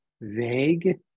vague